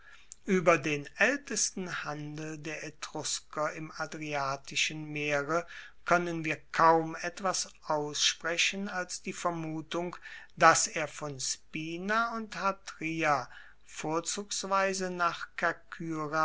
ueber den aeltesten handel der etrusker im adriatischen meere koennen wir kaum etwas aussprechen als die vermutung dass er von spina und hatria vorzugsweise nach